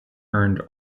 earned